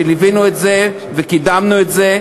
שיחד ליווינו את זה וקידמנו את זה,